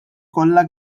kollha